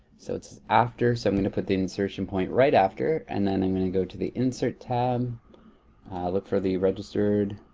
so, it's after, so i'm gonna put the insertion point right after. and then i'm gonna go to the insert tab. i'll look for the registered